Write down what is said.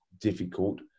difficult